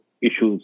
issues